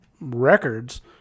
records